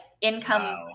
income